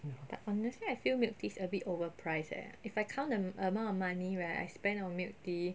but honestly I feel milk tea is a bit overprice eh if I count the amount of money right I spend on milk tea